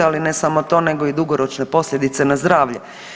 Ali ne samo to nego dugoročne posljedice na zdravlje.